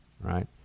right